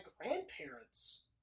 grandparents